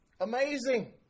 Amazing